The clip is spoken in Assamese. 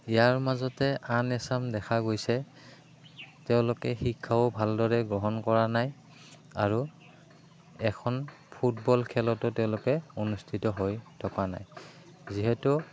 ইয়াৰ মাজতে আন এছাম দেখা গৈছে তেওঁলোকে শিক্ষাও ভালদৰে গ্ৰহণ কৰা নাই আৰু এখন ফুটবল খেলতো তেওঁলোকে অনুষ্ঠিত হৈ থকা নাই যিহেতু